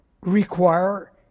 require